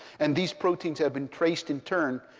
and these proteins have been traced, in turn,